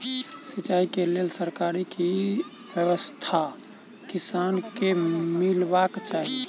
सिंचाई केँ लेल सरकारी की व्यवस्था किसान केँ मीलबाक चाहि?